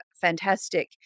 fantastic